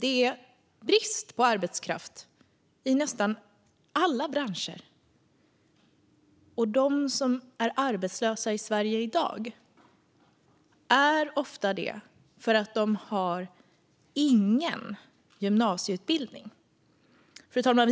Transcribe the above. Det är brist på arbetskraft i nästan alla branscher, och de som är arbetslösa i Sverige i dag är det ofta för att de inte har någon gymnasieutbildning. Fru talman!